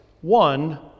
one